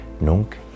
nunc